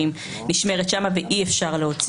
נשמרת שם ואי-אפשר להוציא אותה.